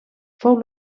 fou